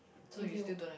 if you